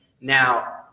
Now